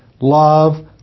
love